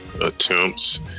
attempts